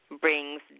Brings